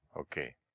Okay